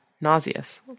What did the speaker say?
nauseous